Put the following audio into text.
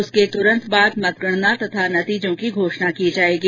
उसके तुरन्त बाद मतगणना तथा नतीजों की घोषणा की जायेगी